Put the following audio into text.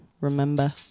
remember